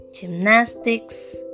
gymnastics